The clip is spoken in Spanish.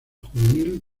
juvenil